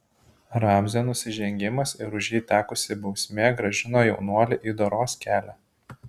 ramzio nusižengimas ir už jį tekusi bausmė grąžino jaunuolį į doros kelią